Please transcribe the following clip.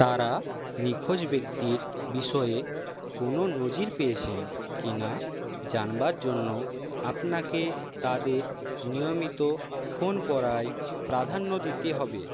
তারা নিখোঁজ ব্যক্তির বিষয়ে কোনো নজির পেয়েছেন কি না জানবার জন্য আপনাকে তাদের নিয়মিত ফোন করায় প্রাধান্য দিতে হবে